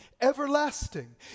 everlasting